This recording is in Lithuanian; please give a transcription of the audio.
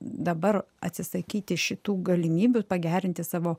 dabar atsisakyti šitų galimybių pagerinti savo